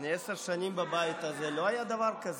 אני עשר שנים בבית הזה, ולא היה דבר כזה.